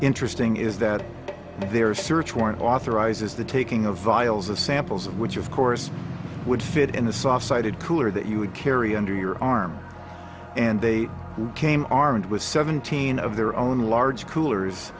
interesting is that their search warrant authorizes the taking of vials of samples which of course would fit in the soft sided cooler that you would carry under your arm and they came armed with seventeen of their own large coolers